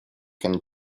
can